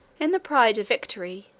in the pride of victory,